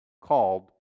called